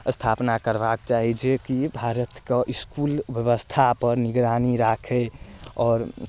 स्थापना करबाक चाही जेकी भारतके इसकुल व्यवस्थापर निगरानी राखै आओर